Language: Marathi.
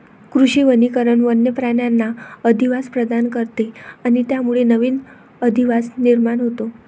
कृषी वनीकरण वन्य प्राण्यांना अधिवास प्रदान करते आणि त्यामुळे नवीन अधिवास निर्माण होतो